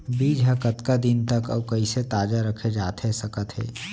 बीज ह कतका दिन तक अऊ कइसे ताजा रखे जाथे सकत हे?